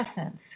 essence